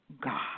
God